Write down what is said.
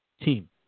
Team